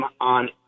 on